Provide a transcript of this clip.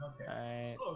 Okay